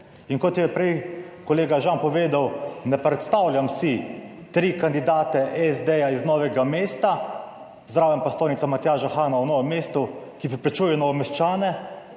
In kot je prej kolega Žan povedal ne predstavljam si tri kandidate SD ja iz Novega mesta, zraven prestolnica Matjaža Hana v Novem mestu, ki preprečuje Novomeščane,